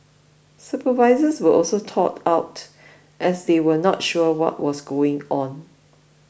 supervisors were also caught out as they were not sure what was going on